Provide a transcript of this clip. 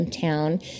town